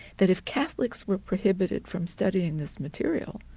that if catholics were prohibited from studying this material,